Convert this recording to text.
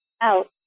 out